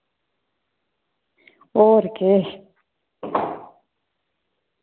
और केह्